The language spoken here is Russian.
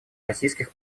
российских